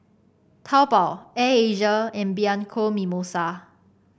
Taobao Air Asia and Bianco Mimosa